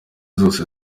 zose